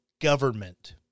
government